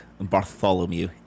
Bartholomew